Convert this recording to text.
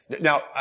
Now